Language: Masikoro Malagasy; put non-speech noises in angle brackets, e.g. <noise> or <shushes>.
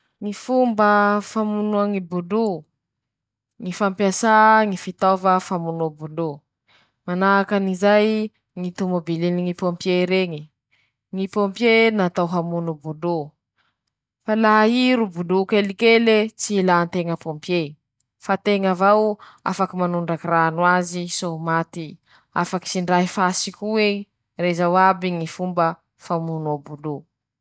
Fomba <shushes> hitiliñany ñy rapolany, ñy fisiany ñy tsioky ñy raha bevata mare ;manahaky anizay ñy helany noho ñy herilift ;manahaky anizay koa ñy fisiany ñy môtera noho ñy trust manosiky azy ;manahaky anizay koa ñy fifehezany ñ'olo manday rapolany iñy.